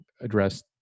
address